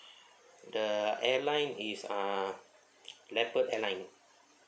the airline is uh leopard airline